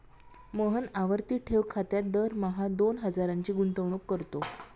मोहन आवर्ती ठेव खात्यात दरमहा दोन हजारांची गुंतवणूक करतो